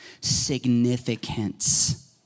significance